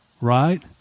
right